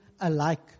alike